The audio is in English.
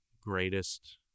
greatest